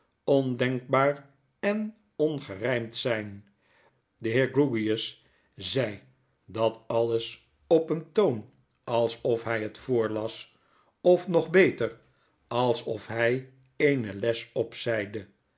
ondenkbaar en ongerymd zyn de heer grewgious zeide dat alles op een toon alsof hy het voorlas of nog beter alsof hy eene les opzeide